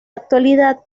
actualidad